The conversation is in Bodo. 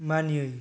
मानियै